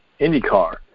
IndyCar